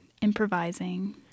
improvising